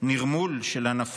פעילות בחו"ל נגד נציגי מדינת ישראל,